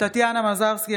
טטיאנה מזרסקי,